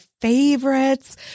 favorites